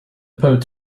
poet